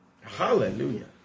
Hallelujah